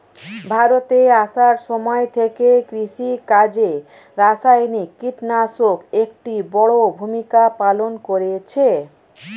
ভারতে আসার সময় থেকে কৃষিকাজে রাসায়নিক কিটনাশক একটি বড়ো ভূমিকা পালন করেছে